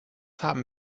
haben